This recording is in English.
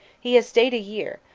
he has stayed a year,